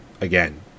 again